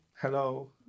Hello